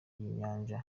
nyanja